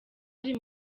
ari